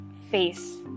face